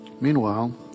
Meanwhile